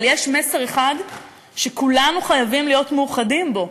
אבל יש מסר אחד שכולנו חייבים להיות מאוחדים בו,